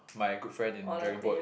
my good friend in dragon boat